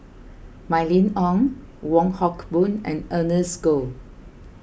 Mylene Ong Wong Hock Boon and Ernest Goh